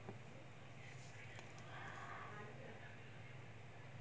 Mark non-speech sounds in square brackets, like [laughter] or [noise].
[breath]